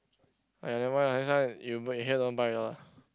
!aiya! never mind lah next time you in here don't buy lah